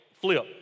flip